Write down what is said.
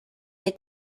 est